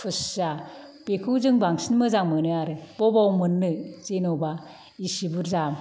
खुसिया बेखौ जों बांसिन मोजां मोनो आरो बबाव मोननो जेन'बा इसि बुरजा